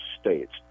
states